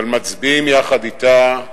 אבל מצביעים יחד אתה,